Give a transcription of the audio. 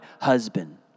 husband